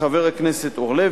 חבר הכנסת אורלב,